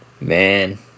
Man